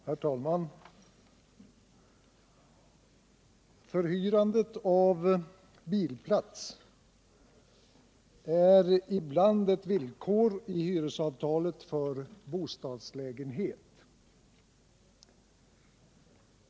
Herr talman! Förhyrandet av bilplats är ibland ett villkor i hyresavtalet för bostadslägenhet.